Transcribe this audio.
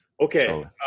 Okay